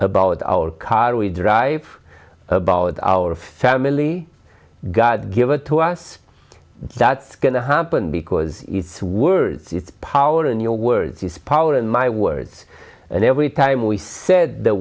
about our car we drive about our family god give it to us that's going to happen because it's words it's power in your words is power in my words and every time we said the